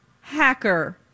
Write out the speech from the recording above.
Hacker